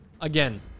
again